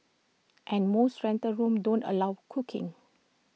and most rental rooms don't allow cooking